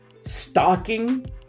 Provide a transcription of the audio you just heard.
stalking